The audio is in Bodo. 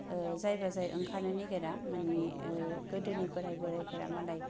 ओ जायबा जाय ओंखारनो नागिरा माने ओ गोदोनि बोराइ बोराइफोरा मालाय